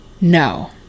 no